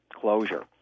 closure